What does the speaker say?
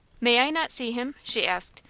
may i not see him? she asked.